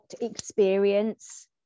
experience